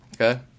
okay